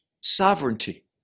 sovereignty